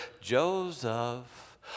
Joseph